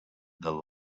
the